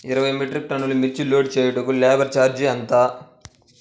ఇరవై మెట్రిక్ టన్నులు మిర్చి లోడ్ చేయుటకు లేబర్ ఛార్జ్ ఎంత?